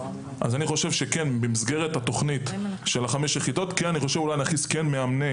אז במסגרת התכנית של חמש יחידות אני חושב כן להכניס מאמני